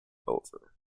over